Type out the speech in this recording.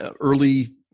early